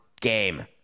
game